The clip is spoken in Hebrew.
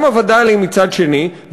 גם הווד"לים מצד שני,